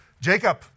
Jacob